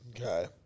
Okay